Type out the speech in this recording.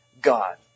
God